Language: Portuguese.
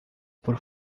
por